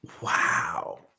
Wow